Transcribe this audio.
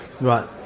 Right